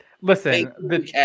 Listen